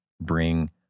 bring